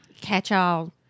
catch-all